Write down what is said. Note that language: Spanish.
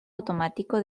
automático